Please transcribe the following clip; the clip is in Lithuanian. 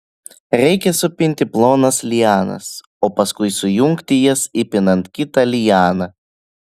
reikia supinti plonas lianas o paskui sujungti jas įpinant kitą lianą